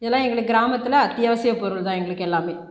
இதெல்லாம் எங்களுக்கு கிராமத்தில் அத்தியாவசிய பொருள் தான் எங்களுக்கு எல்லாமே